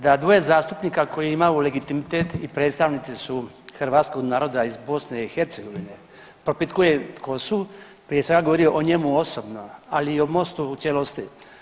Da dvoje zastupnika koji imaju legitimitet i predstavnici su hrvatskog naroda iz BiH propitkuje tko su, prije svega govori o njemu osobno, ali i o MOST-u u cijelosti.